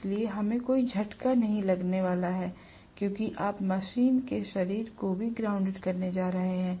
इसलिए हमें कोई झटका नहीं लगने वाला है क्योंकि आप मशीन के शरीर को भी ग्राउंडेड करने जा रहे हैं